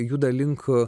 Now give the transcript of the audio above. juda link